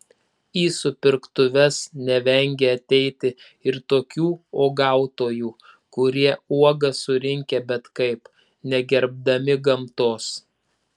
į supirktuves nevengia ateiti ir tokių uogautojų kurie uogas surinkę bet kaip negerbdami gamtos